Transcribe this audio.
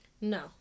No